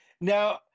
now